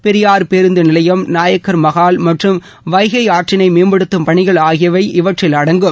பெரியார் பேருந்து நிலையம் நாயக்கர் மஹால் மற்றும் வைகை ஆற்றினை மேம்படுத்தும் பணிகள் ஆகியவை இவற்றில் அடங்கும்